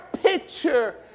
picture